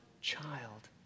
child